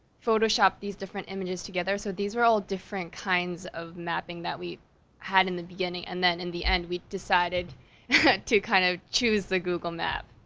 photoshopped these different images together, so these were all different kinds of mapping that we had in the beginning, and then in the end, we decided to kind of choose the google map.